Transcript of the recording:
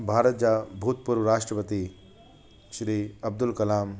भारत जा भूतपूर्व राष्ट्रपति श्री अब्दुल कलाम